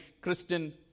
Christian